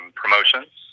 promotions